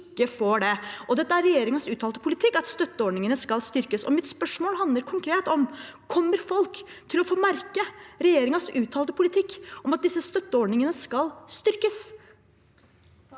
Det er regjeringens uttalte politikk at støtteordningene skal styrkes. Mitt spørsmål er konkret: Kommer folk til å få merke regjeringens uttalte politikk om at disse støtteordningene skal styrkes?